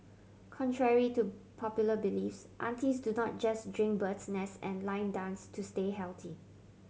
contrary to popular bliss aunties do not just drink bird's nest and line dance to stay healthy